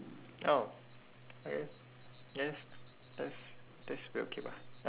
oh I guess that's that's weird okay but